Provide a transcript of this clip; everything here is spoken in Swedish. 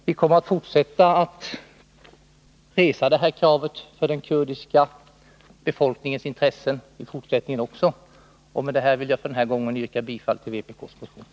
Vi kommer att fortsätta att resa det här kravet när det gäller den kurdiska befolkningens intressen. Med detta vill jag yrka bifall till vpk:s motion.